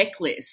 checklist